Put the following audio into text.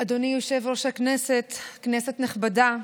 יושב-ראש הכנסת, כנסת נכבדה,